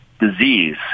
disease